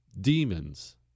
demons